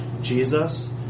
Jesus